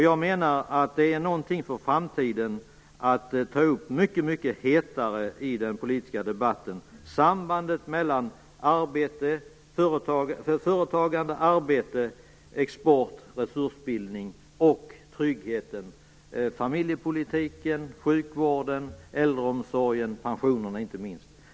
Jag menar att det för framtiden är någonting att ta upp mycket hetare i den politiska debatten: sambandet mellan företagande, arbete, export, resursbildning och trygghet, familjepolitik, sjukvård, äldreomsorgen och inte minst pensionerna.